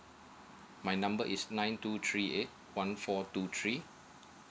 my number is nine two three eight one four two three